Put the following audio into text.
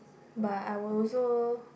but I will also